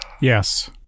Yes